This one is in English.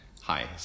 Hi